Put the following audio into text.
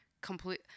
complete